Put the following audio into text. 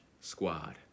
squad